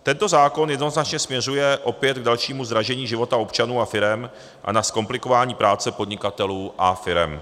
Tento zákon jednoznačně směřuje opět k dalšímu zdražení života občanů a firem a ke zkomplikování práce podnikatelů a firem.